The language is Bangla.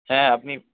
হ্যাঁ আপনি